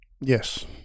Yes